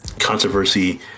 Controversy